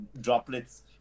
droplets